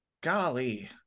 golly